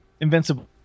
Invincible